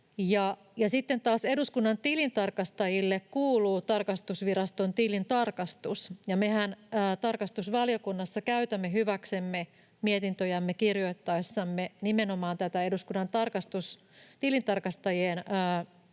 Sitten taas eduskunnan tilintarkastajille kuuluu tarkastusviraston tilintarkastus. Mehän tarkastusvaliokunnassa käytämme hyväksemme mietintöjämme kirjoittaessamme nimenomaan tätä eduskunnan tilintarkastajien